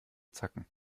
zacken